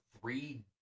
three